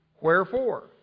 wherefore